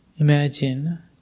Imagine